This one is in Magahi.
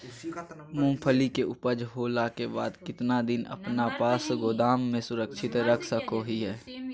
मूंगफली के ऊपज होला के बाद कितना दिन अपना पास गोदाम में सुरक्षित रख सको हीयय?